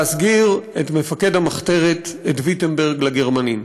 להסגיר את מפקד המחתרת, את ויטנברג, לגרמנים.